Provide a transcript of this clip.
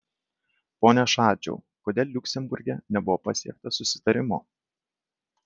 pone šadžiau kodėl liuksemburge nebuvo pasiekta susitarimo